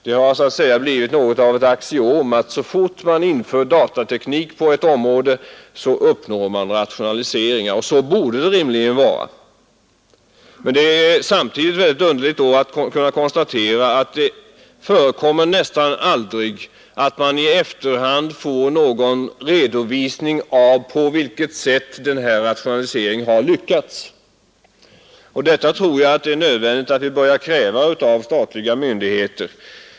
Det har nästan blivit ett axiom att så fort man inför datateknik på ett område, uppnår man rationaliseringar. Så borde det också rimligen vara. Men underligt nog kan vi konstatera att det nästan aldrig förekommer att vi i efterhand får någon redovisning av på vilket sätt denna rationalisering har lyckats. Jag tror det är nödvändigt att börja kräva sådana redovisningar av statliga myndigheter.